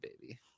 baby